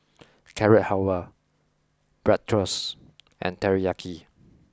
Carrot Halwa Bratwurst and Teriyaki